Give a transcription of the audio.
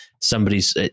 somebody's